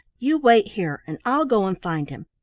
you wait here and i'll go and find him.